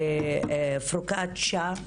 כבוד השופטת פרוקצ'יה.